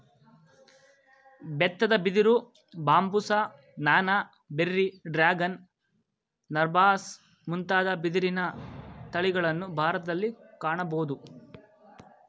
ಬೆತ್ತದ ಬಿದಿರು, ಬಾಂಬುಸ, ನಾನಾ, ಬೆರ್ರಿ, ಡ್ರ್ಯಾಗನ್, ನರ್ಬಾಸ್ ಮುಂತಾದ ಬಿದಿರಿನ ತಳಿಗಳನ್ನು ಭಾರತದಲ್ಲಿ ಕಾಣಬೋದು